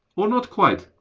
or not quite?